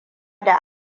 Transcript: da